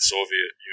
Soviet